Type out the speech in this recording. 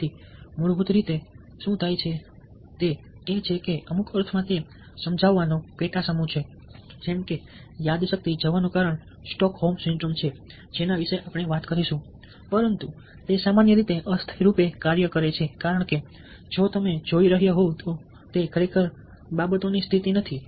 તેથી મૂળભૂત રીતે શું થાય છે તે એ છે કે અમુક અર્થમાં તે સમજાવટનો પેટા સમૂહ છે જેમ કે યાદ શક્તિ જવાનું કારણ સ્ટોકહોમ સિન્ડ્રોમ છે જેના વિશે આપણે વાત કરીશું પરંતુ તે સામાન્ય રીતે અસ્થાયી રૂપે કાર્ય કરે છે કારણ કે જો તમે જોઈ રહ્યા હોવ તો તે ખરેખર બાબતોની સ્થિતિ નથી